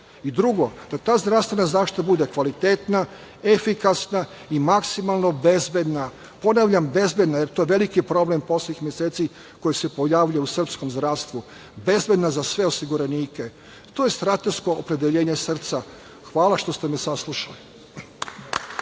mestu. Drugo, da ta zdravstvena zaštita bude kvalitetna, efikasna i maksimalno bezbedna. Ponavljam bezbedna, jer to je veliki problem poslednjih meseci koji se pojavio u srpskom zdravstvu, bezbedna za sve osiguranike. To je strateško opredeljenje srca. Hvala što ste me saslušali.